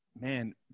man